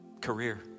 Career